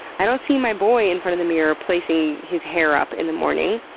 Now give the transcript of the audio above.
i don't see my boy in front of the mirror placing his hair up in the morning.